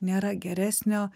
nėra geresnio